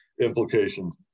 implications